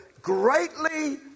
greatly